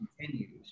continues